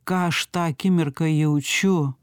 ką aš tą akimirką jaučiu